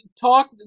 talk